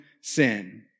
sin